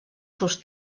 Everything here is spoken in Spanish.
sus